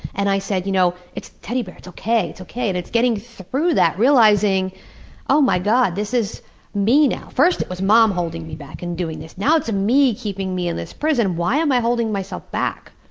and i said, you know, it's a teddy bear, it's okay, it's okay, and it's getting through that realizing that oh my god, this is me now. first, it was mom holding me back and doing this. now it's me keeping me in this prison. why am i holding myself back?